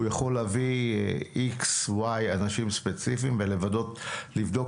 הוא יכול להביא X ו-Y אנשים ספציפיים ולבדוק אישית.